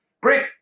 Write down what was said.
great